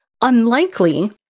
unlikely